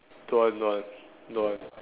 don't want don't want don't want